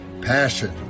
passion